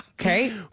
okay